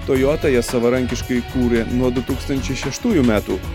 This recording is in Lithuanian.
toyota jas savarankiškai kūrė nuo du tūkstančiai šeštųjų metų